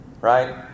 right